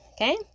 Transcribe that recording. okay